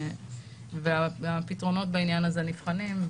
והפתרונות בעניין הזה נבחנים.